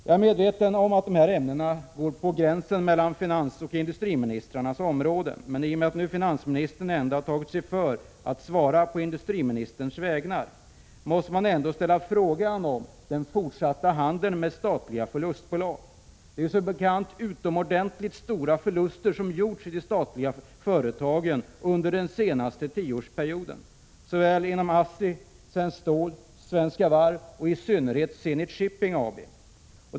Jag är medveten om att dessa ämnen ligger på gränsen mellan finansministerns och industriministerns områden, men i och med att finansministern tagit sig för att svara på industriministerns vägnar måste jag nu ställa frågan om den fortsatta handeln med statliga förlustbolag. Det har som bekant gjorts utomordentligt stora förluster i de statliga företagen under den senaste tioårsperioden. Detta gäller ASSI, Svenskt Stål, Svenska Varv och i synnerhet Zenit Shipping AB.